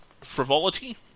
frivolity